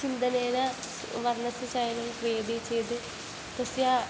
चिन्तनेन वर्णस्य चयनं क्रियते चेद् तस्य